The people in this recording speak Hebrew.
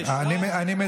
איזה מבחן?